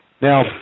Now